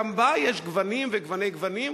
גם בה יש גוונים וגוני גוונים,